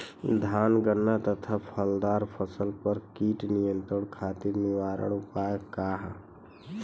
धान गन्ना तथा फलदार फसल पर कीट नियंत्रण खातीर निवारण उपाय का ह?